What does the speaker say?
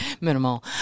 minimal